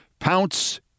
Pounce